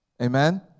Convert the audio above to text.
Amen